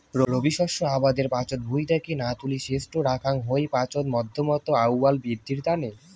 রবি শস্য আবাদের পাচত ভুঁই থাকি না তুলি সেজটো রাখাং হই পচার মাধ্যমত আউয়াল বিদ্ধির তানে